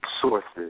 sources